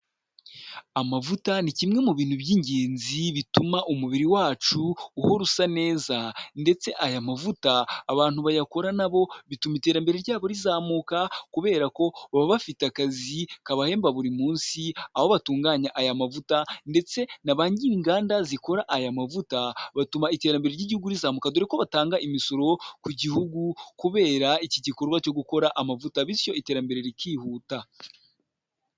Amavuta ni kimwe mu bintu by'ingenzi bituma umubiri wacu uhora usa neza, ndetse aya mavuta abantu bayakora nabo bituma iterambere ryabo rizamuka kubera ko baba bafite akazi kabahemba buri munsi, aho batunganya aya mavuta ndetse naba nyiringanda zikora aya mavuta batuma iterambere ry'igihugu rizamuka, dore ko batanga imisoro ku gihugu kubera iki gikorwa cyo gukora amavuta bityo iterambere rikihuta.